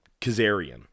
Kazarian